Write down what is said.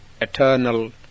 eternal